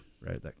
right